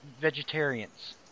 vegetarians